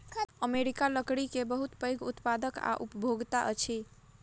America लकड़ी के बहुत पैघ उत्पादक आ उपभोगता अछि